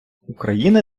україна